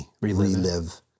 relive